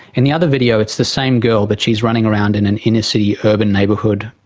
in the other video it's the same girl but she is running around in an inner-city, urban neighbourhood,